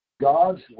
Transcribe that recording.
God's